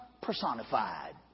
personified